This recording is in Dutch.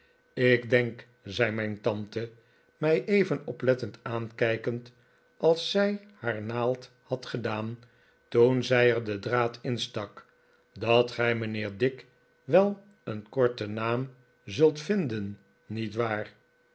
ik denk zei mijn tante mij even oplettend aankijkend als zij haar naald had gedaan toen zij er den draad instak dat gij mijnheer dick wel een korten naam zult vinden niet waar